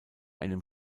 einem